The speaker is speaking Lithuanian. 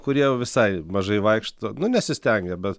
kurie jau visai mažai vaikšto nu nesistengia bet